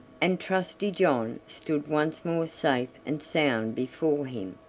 and trusty john stood once more safe and sound before him.